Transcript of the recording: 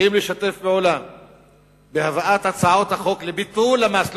צריכים לשתף פעולה בהבאת הצעות החוק לביטול המס,